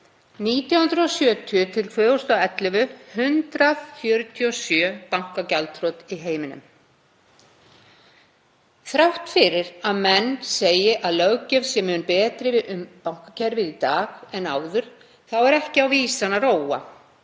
1970–2011 147 bankagjaldþrot í heiminum. Þrátt fyrir að menn segi að löggjöf sé mun betri um bankakerfið í dag en áður þá er þar ekki á vísan að róa.